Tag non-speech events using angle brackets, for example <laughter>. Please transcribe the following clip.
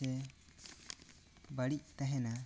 <unintelligible> ᱵᱟᱹᱲᱤᱡ ᱛᱟᱦᱮᱱᱟ